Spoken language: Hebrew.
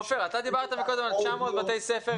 עופר, אתה דיברת מקודם על 900 בתי ספר.